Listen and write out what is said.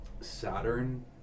Saturn